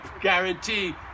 guarantee